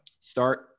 Start